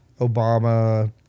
Obama